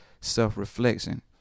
self-reflection